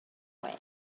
way